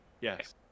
Yes